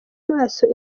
maso